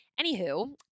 anywho